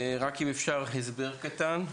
רק אם אפשר הסבר קטן.